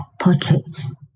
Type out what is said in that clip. portraits